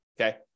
okay